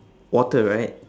water right